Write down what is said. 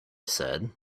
said